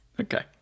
Okay